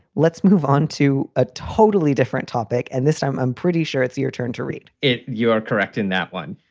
let's move on to a totally different topic. and this time i'm pretty sure it's your turn to read it you are correct in that one.